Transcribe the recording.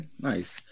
nice